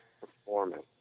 performance